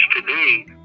today